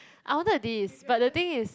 I wanted this but the thing is